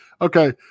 Okay